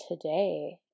today